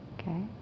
Okay